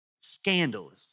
Scandalous